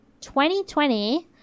2020